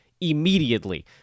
immediately